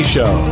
Show